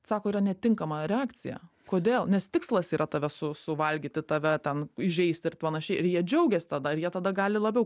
sako yra netinkama reakcija kodėl nes tikslas yra tave su suvalgyti tave ten įžeisti ir panašiai ir jie džiaugiasi tada ir jie tada gali labiau